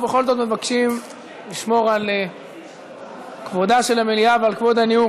ובכל זאת מבקשים לשמור על כבודה של המליאה ועל כבוד הניהול,